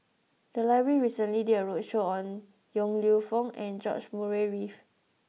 the library recently did a roadshow on Yong Lew Foong and George Murray Reith